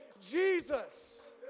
Jesus